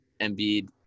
Embiid